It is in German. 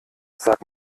sag